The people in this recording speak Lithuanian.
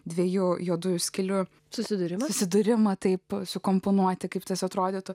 dviejų juodųjų skylių susidūrimai susidūrimą taip sukomponuoti kaip tas atrodytų